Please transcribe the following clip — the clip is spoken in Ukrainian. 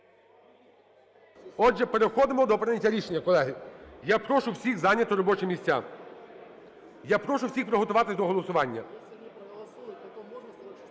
Отже, переходимо до прийняття рішення, колеги. Я прошу всіх зайняти робочі місця, я прошу всіх приготуватися до голосування.